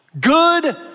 good